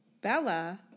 Bella